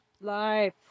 Life